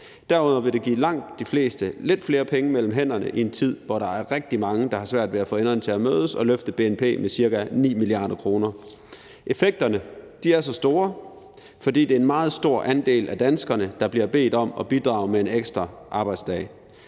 Derudover vil det give langt de fleste lidt flere penge mellem hænderne i en tid, hvor der er rigtig mange, der har svært ved at få enderne til at mødes, og det vil løfte bnp med ca. 9 mia. kr. Effekterne er så store, fordi det er en meget stor andel af danskerne, der bliver bedt om at bidrage med en ekstra arbejdsdag.